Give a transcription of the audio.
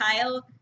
Kyle